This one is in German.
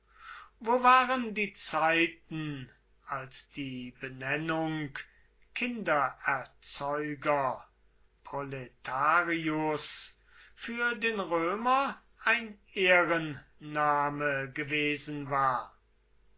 wo waren die zeiten als die benennung kinderzeuger proletarius für den römer ein ehrenname gewesen war